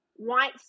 White